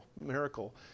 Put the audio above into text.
miracle